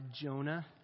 Jonah